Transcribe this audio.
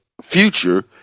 future